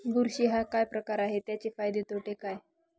बुरशी हा काय प्रकार आहे, त्याचे फायदे तोटे काय?